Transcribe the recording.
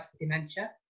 dementia